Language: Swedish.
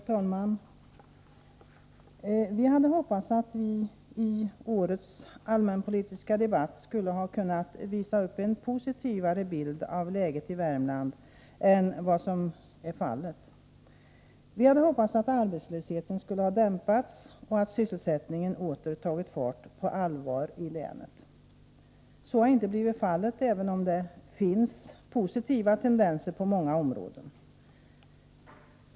Herr talman! Vi hade hoppats att vi i årets allmänpolitiska debatt skulle kunna visa upp en positivare bild av läget i Värmland än vad som är fallet. Vi hade hoppats att arbetslösheten skulle ha dämpats och att sysselsättningen åter tagit fart på allvar i länet. Så har inte blivit fallet, även om det finns positiva tendenser på många områden.